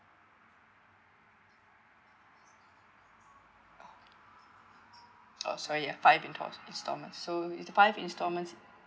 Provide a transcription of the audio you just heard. oh sorry ya five install~ installments so is the five installments